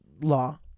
law